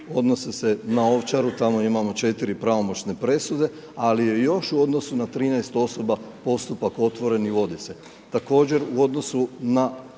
odnose na Ovčaru, tamo imamo 4 pravomoćne presude, ali je još u odnosu na 13 osoba postupak otvoren i vodi se.